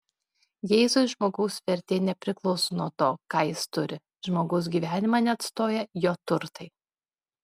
jėzui žmogaus vertė nepriklauso nuo to ką jis turi žmogaus gyvenimą neatstoja jo turtai